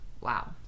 Wow